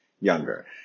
younger